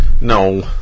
No